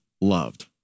loved